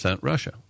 Russia